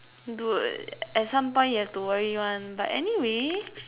dude at some point you have to worry [one] but any way